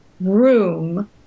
room